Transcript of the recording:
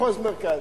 מחוז מרכז.